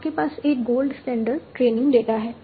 आपके पास एक गोल्ड स्टैंडर्ड ट्रेनिंग डेटा है